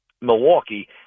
Milwaukee